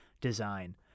design